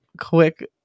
quick